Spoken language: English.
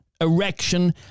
Erection